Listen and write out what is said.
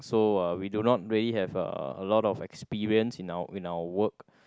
so uh we do not really have uh a lot of experiences in our in our work